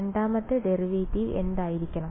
രണ്ടാമത്തെ ഡെറിവേറ്റീവ് എന്തായിരിക്കും